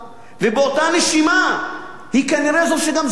ובאותה נשימה היא כנראה זו שגם זוכה